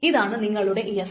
ഇതാണ് നിങ്ങളുടെ S